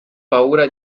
paura